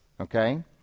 okay